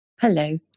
Hello